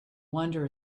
wander